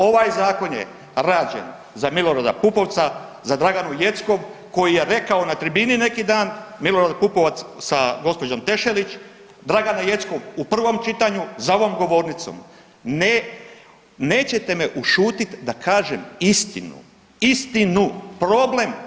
Ovaj zakon je rađen za Milorada Pupovca, za Draganu Jeckov, koji je rekao na tribini neki dan Milorad Pupovac sa gđom. Tešelić, Dragana Jeckov u prvom čitanju za ovom govornicom, ne nećete me ušutit da kažem istinu, istinu, problem.